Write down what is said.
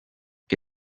que